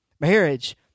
Marriage